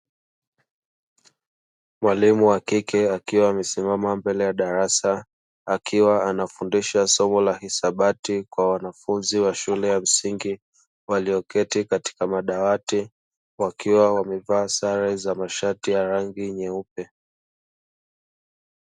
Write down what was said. Mwalimu wa kike akiwa amesimama mbele ya darasa, akiwa anafundisha somo la hisabati kwa wanafunzi wa shule ya msingi; walioketi katika madawati, wakiwa wamevaa sare za mashati ya rangi nyeupe.